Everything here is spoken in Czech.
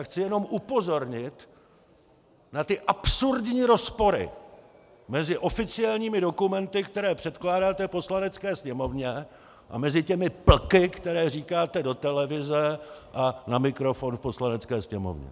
Chci jenom upozornit na ty absurdní rozpory mezi oficiálními dokumenty, které předkládáte Poslanecké sněmovně, a těmi plky, které říkáte do televize a na mikrofon v Poslanecké sněmovně.